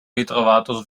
ritrovato